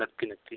नक्की नक्की